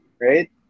right